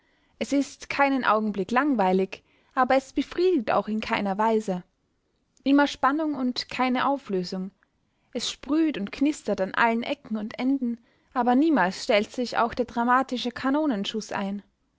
es ist keinen augenblick langweilig aber es befriedigt auch in keiner weise immer spannung und keine auflösung es sprüht und knistert an allen ecken und enden aber niemals stellt sich auch der dramatische kanonenschuß ein